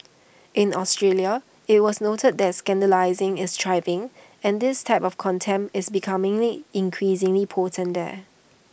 in Australia IT was noted that scandalising is thriving and this type of contempt is becomingly increasingly potent there